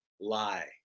lie